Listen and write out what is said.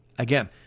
Again